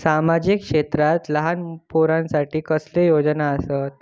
सामाजिक क्षेत्रांत लहान पोरानसाठी कसले योजना आसत?